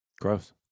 Gross